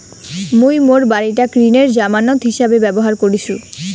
মুই মোর বাড়িটাক ঋণের জামানত হিছাবে ব্যবহার করিসু